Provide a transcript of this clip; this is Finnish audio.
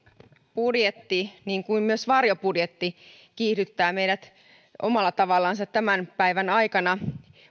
budjetti niin kuin myös varjobudjetti kiihdyttää meidät omalla tavallansa tämän päivän aikana